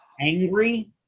angry